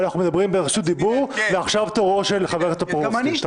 אנחנו מדברים ברשות דיבור ועכשיו תורו של חבר הכנסת טופורובסקי.